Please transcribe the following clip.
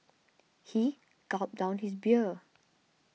he gulped down his beer